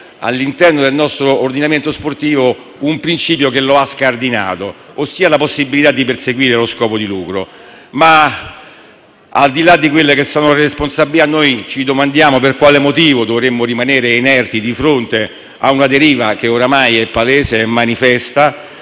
all'interno del nostro ordinamento sportivo un principio che lo ha scardinato, ossia la possibilità di perseguire lo scopo di lucro. Al di là delle responsabilità, ci domandiamo per quale motivo dovremmo rimanere inerti di fronte ad una deriva, che ormai è palese e manifesta,